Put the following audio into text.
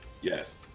Yes